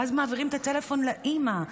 ואז מעבירים את הטלפון לאימא,